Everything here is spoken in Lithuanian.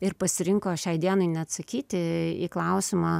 ir pasirinko šiai dienai neatsakyti į klausimą